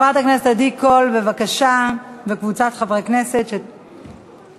חברת הכנסת עדי קול,